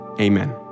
amen